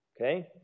Okay